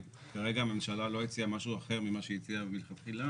כרגע הממשלה לא הציעה משהו אחר ממה שהיא הציעה מלכתחילה,